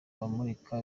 abamurika